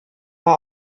war